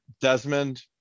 Desmond